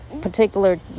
particular